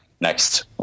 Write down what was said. next